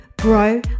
grow